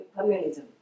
communism